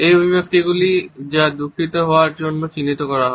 এই অভিব্যক্তিগুলি যা দুঃখিত হওয়ার জন্য চিত্রিত করা হয়